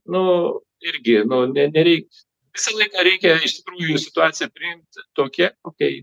nu irgi nu ne nereiks visą laiką reikia iš tikrųjų situaciją priimti tokia kokia